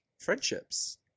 friendships